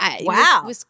Wow